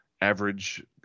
average